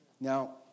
Now